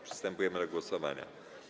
Przystępujemy do głosowania.